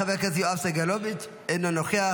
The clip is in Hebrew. חבר הכנסת יואב סגלוביץ' אינו נוכח.